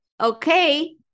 Okay